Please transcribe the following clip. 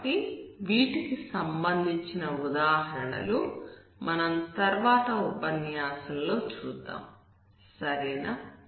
కాబట్టి వీటికి సంబంధించిన ఉదాహరణలు మనం తర్వాత ఉపన్యాసంలో చూద్దాం సరేనా